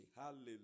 Hallelujah